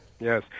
Yes